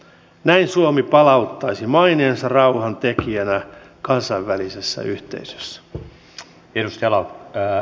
näin suomi palauttaisi maineensa rauhantekijänä kansainvälisessä yhteisössä